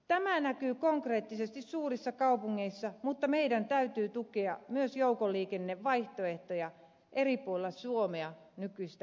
tämä näkyy konkreettisesti suurissa kaupungeissa mutta meidän täytyy tukea myös joukkoliikennevaihtoehtoja eri puolilla suomea nykyistä enemmän